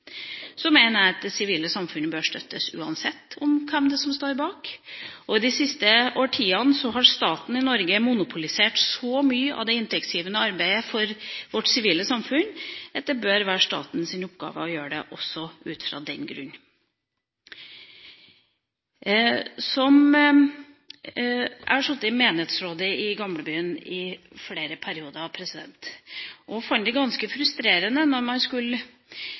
Jeg mener at det sivile samfunnet bør støttes uansett hvem det er som står bak. De siste årtiene har staten i Norge monopolisert så mye av det inntektsgivende arbeidet for vårt sivile samfunn at det bør være statens oppgave å gjøre det, også av den grunn. Jeg har sittet i menighetsrådet i Gamlebyen i flere perioder. Jeg fant det ganske frustrerende når man skulle